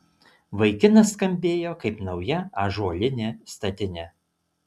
vaikinas skambėjo kaip nauja ąžuolinė statinė